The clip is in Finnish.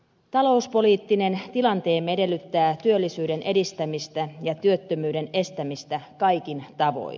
talouspoliittinen tilanteemme edellyttää työllisyyden edistämistä ja työttömyyden estämistä kaikin tavoin